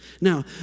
Now